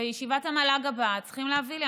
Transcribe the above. בישיבת המל"ג הבאה צריכים להביא לי.